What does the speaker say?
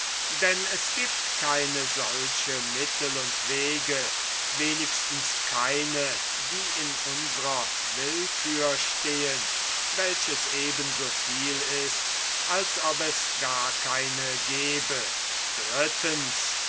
denn es gibt keine solche mittel und wege wenigstens keine die in unsrer willkür stehen welches eben so viel ist als ob es gar keine gebe